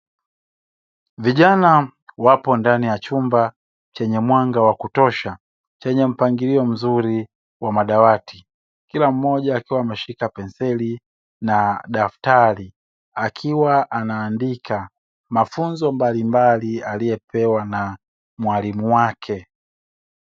Vijana wapo ndani ya chumba chenye mwanga wa kutosha chenye mpangilio mzuri wa madawati, kila mmoja akiwa ameshika penseli na daftari akiwa anaandika mafunzo mbali mbali aliyopewa na mwalimu wake.